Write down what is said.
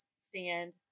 stand